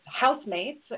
housemates